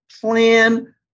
plan